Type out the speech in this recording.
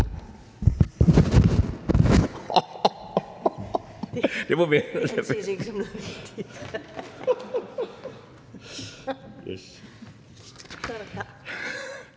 Det er en ære